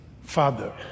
father